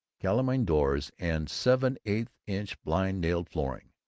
kalamein doors, and seven-eighths-inch blind-nailed flooring,